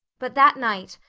but that night,